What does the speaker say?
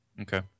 Okay